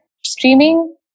streaming